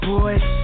boys